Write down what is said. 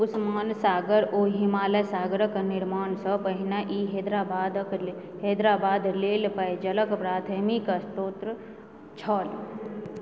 उस्मान सागर ओ हिमायल सागरक निर्माणसँ पहिने ई हैदराबादक हैदराबाद लेल पेयजलक प्राथमिक स्रोत छल